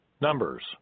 Numbers